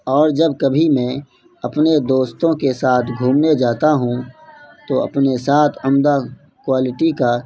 اور جب کبھی میں اپنے دوستوں کے ساتھ گھومنے جاتا ہوں تو اپنے ساتھ عمدہ کوالٹی کا